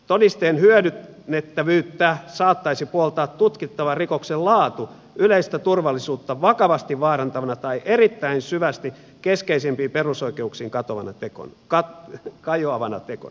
todisteen hyödynnettävyyttä saattaisi puoltaa tutkittavan rikoksen laatu yleistä turvallisuutta vakavasti vaarantavana tai erittäin syvästi keskeisimpiin perusoikeuksiin kajoavana tekona